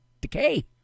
decay